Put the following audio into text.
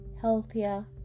healthier